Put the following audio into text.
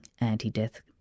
anti-death